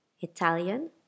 Italian